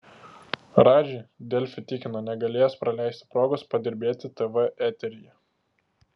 radži delfi tikino negalėjęs praleisti progos padirbėti tv eteryje